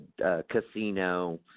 Casino